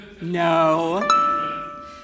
No